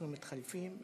אנחנו מתחלפים.